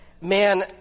man